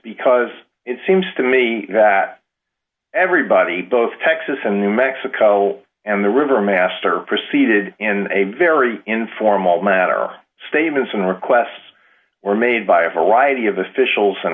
because it seems to me that everybody both texas and new mexico and the river master proceeded in a very informal matter statements and requests were made by a variety of officials and